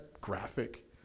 graphic